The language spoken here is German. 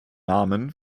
namen